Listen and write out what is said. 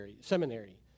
seminary